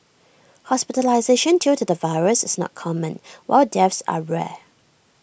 hospitalisation due to the virus is not common while deaths are rare